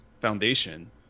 foundation